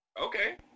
Okay